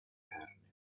carne